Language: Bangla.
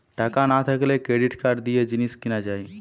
টাকা না থাকলে ক্রেডিট কার্ড দিয়ে জিনিস কিনা যায়